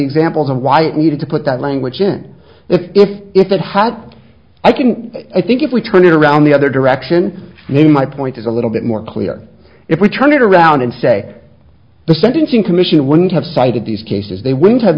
example why it needed to put that language in if if it had i can i think if we turn it around the other direction new my point is a little bit more clear if we turn it around and say the sentencing commission wouldn't have cited these cases they w